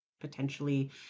potentially